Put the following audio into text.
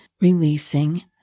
releasing